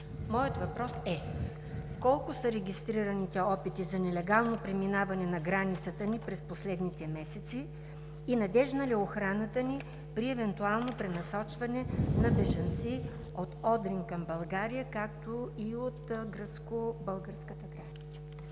Моят въпрос е: колко са регистрираните опити за нелегалното преминаване на границата ни през последните месеци и надеждна ли е охраната ни при евентуално пренасочване на бежанци от Одрин към България, както и от гръцко-българската граница?